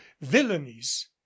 villainies